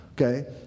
okay